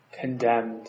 condemned